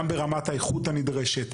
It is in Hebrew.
גם ברמת האיכות הנדרשת,